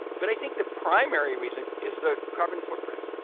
but i think the primary reason is the carbon footprint.